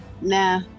Nah